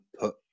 put